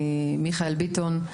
מיכאל ביטון,